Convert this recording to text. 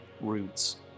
roots